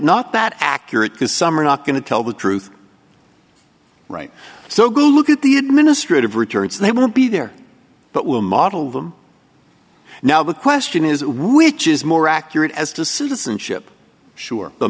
not that accurate because some are not going to tell the truth right so good look at the administrative returns they will be there but will model them now the question is which is more accurate as to citizenship sure the